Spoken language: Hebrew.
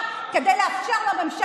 שאני אחזור בי מאותו,